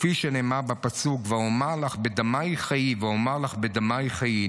וכפי שנאמר בפסוק: "ואֹמר לך בדמיִך חיִי ואמר לך בדמיך חיי".